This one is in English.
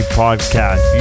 podcast